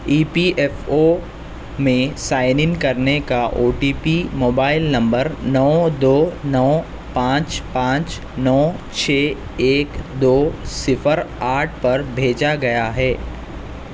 ای P F O میں sign in کرنے کا O T P mobile number نو دو نو پانچ پانچ نو چھ ایک دو صفر آٹھ پر بھیجا گیا ہے